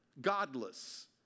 godless